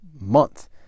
month